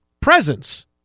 presence